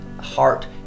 heart